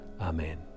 Amen